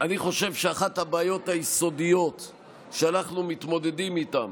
אני חושב שאחת הבעיות היסודיות שאנחנו מתמודדים איתן